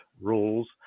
rules